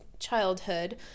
childhood